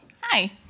Hi